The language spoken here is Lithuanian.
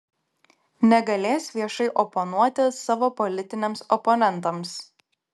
negalės viešai oponuoti savo politiniams oponentams